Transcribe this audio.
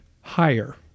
higher